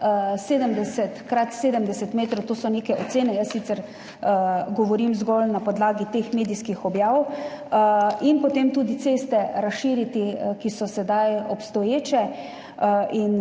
70 krat 70 metrov, to so neke ocene, jaz sicer govorim zgolj na podlagi medijskih objav, in potem tudi ceste razširiti, ki so sedaj, obstoječe.